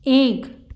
एक